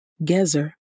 Gezer